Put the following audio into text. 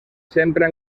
sempre